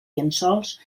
llençols